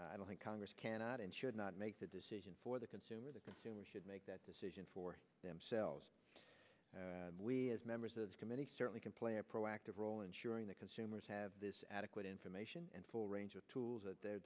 with i don't think congress cannot and should not make the decision for the consumer the consumer should make that decision for themselves we as members of the committee certainly can play a proactive role ensuring that consumers have this adequate information and full range of tools at their